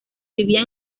vivía